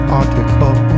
article